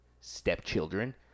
stepchildren